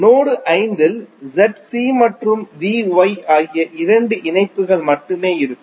node 5 இல் ZC மற்றும் VY ஆகிய இரண்டு இணைப்புகள் மட்டுமே இருக்கும்